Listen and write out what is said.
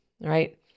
right